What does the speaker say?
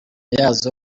yazo